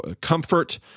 comfort